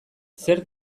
zer